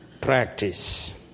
practice